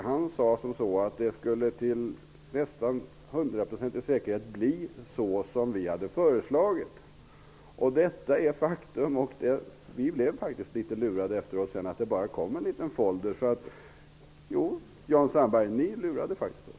Han sade att det med nästan hundraprocentig säkerhet skulle bli så som vi hade föreslagit. Detta är, som sagt, ett faktum. Vi blev därför litet lurade, för sedan kom det ju bara en liten folder. Så, Jan Sandberg, ni lurade oss faktiskt!